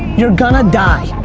you're gonna die.